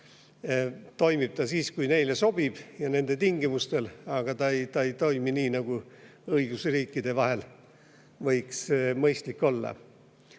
ainult siis, kui neile sobib, ja nende tingimustel, aga ta ei toimi nii, nagu õigusriikide vahel võiks mõistlik olla. Ega